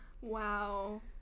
Wow